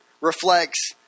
reflects